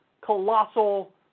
colossal